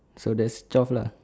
so that's twelve lah